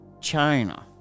China